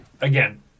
Again